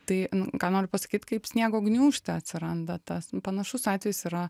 tai ką noriu pasakyt kaip sniego gniūžtė atsiranda tas panašus atvejis yra